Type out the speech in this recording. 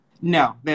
No